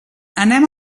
anem